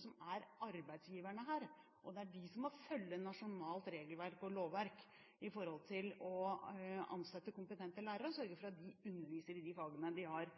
som er arbeidsgiverne, og det er de som må følge nasjonalt regelverk og lovverk når det gjelder å ansette kompetente lærere og sørge for at de underviser i de fagene de har